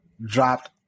dropped